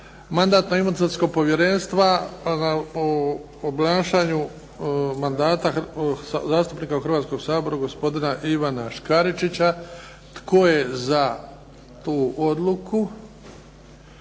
Mandatno imunitetskog povjerenstva o obnašanju mandata zastupnika u Hrvatskom saboru gospodina Ivana Škaričića. Tko je za tu odluku?